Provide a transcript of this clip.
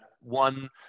one